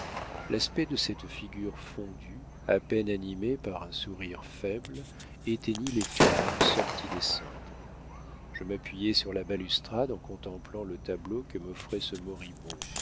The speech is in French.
l'aspect de cette figure fondue à peine animée par un sourire faible éteignit les flammes sorties des cendres je m'appuyai sur la balustrade en contemplant le tableau que m'offrait ce moribond